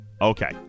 Okay